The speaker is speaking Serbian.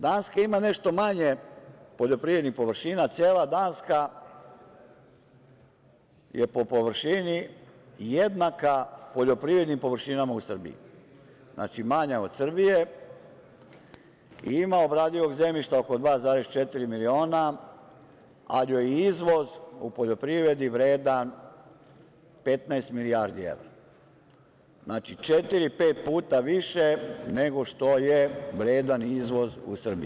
Danska ima nešto manje poljoprivrednih površina, cela Danska je po površini jednaka poljoprivrednim površinama u Srbiji, znači, manja od Srbije i ima obradivog zemljišta oko 2,4 miliona, ali joj je izvoz u poljoprivredi vredan 15 milijardi evra, znači, četiri, pet puta više nego što je vredan izvoz u Srbiji.